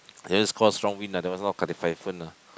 that is call strong wind ah that one is not call typhoon ah